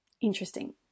Interesting